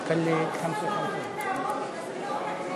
אנחנו מבקשים להתכבד להיות בין המדינות הנאורות.